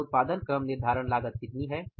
यहाँ उत्पादन क्रम निर्धारण लागत कितनी है